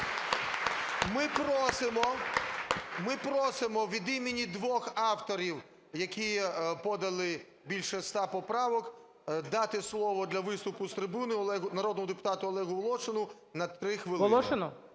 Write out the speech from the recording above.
Ми просимо від імені двох авторів, які подали більше 100 поправок, дати слово для виступу з трибуни народному депутату Олегу Волошину на 3 хвилини.